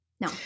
No